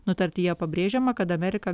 nutartyje pabrėžiama kad amerika